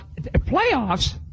playoffs